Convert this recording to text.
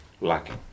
lacking